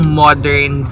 modern